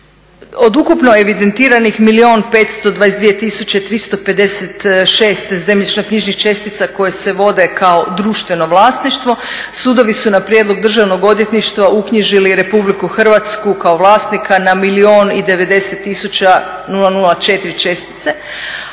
Od ukupno evidentiranih milijun 522 tisuće 356 zemljišno knjižnih čestica koje se vode kao društveno vlasništvo sudovi su na prijedlog državnog odvjetništva uknjižili Republiku Hrvatsku kao vlasnika na milijun i